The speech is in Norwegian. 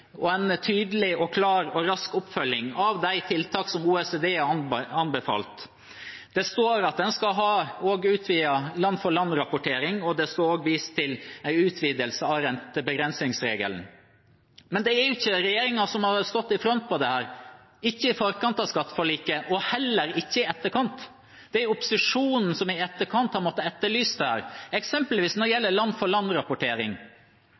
av de tiltak som OECD har anbefalt. Det står også at en skal ha utvidet land-for-land-rapportering, og det er vist til en utvidelse av rentebegrensningsregelen. Men det er jo ikke regjeringen som har stått i front for dette, ikke i forkant av skatteforliket og heller ikke i etterkant. Det er opposisjonen som i etterkant har måttet etterlyse det. Når det